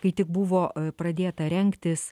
kai tik buvo pradėta rengtis